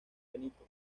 benito